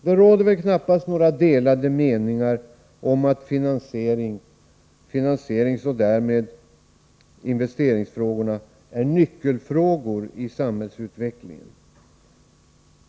Det råder väl knappast några delade meningar om att finansieringsoch därmed investeringsfrågorna är nyckelfrågor i samhällsutvecklingen.